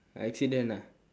accident ah